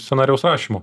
scenarijaus rašymo